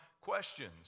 questions